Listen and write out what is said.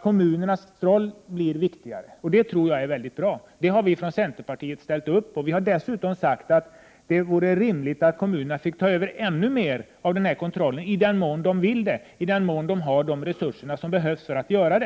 Kommunerna skall få en viktigare roll, och det tror jag skulle vara väldigt bra. Vi i centerpartiet har uttryckt samma uppfattning. Dessutom har vi sagt att det vore rimligt att kommunerna fick ta över ännu mera av kontrollen — i den mån kommunerna vill göra det och har erforderliga resurser. Vårt förslag går alltså